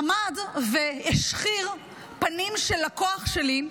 עמד והשחיר פנים של לקוח שלי,